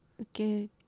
Okay